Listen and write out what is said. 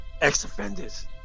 ex-offenders